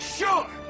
sure